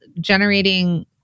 generating